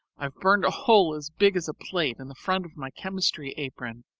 i've burned a hole as big as a plate in the front of my chemistry apron,